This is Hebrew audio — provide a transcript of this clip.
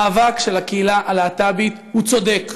המאבק של הקהילה הלהט"בית הוא צודק,